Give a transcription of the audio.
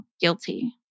guilty